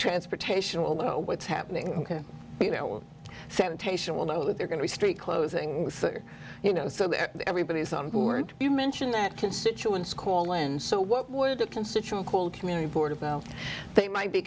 transportation will know what's happening you know sanitation will know that they're going to be street closings you know so that everybody's on board you mention that constituents call and so what would a constituent call community board about they might be